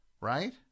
Right